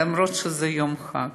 למרות שזה יום חג.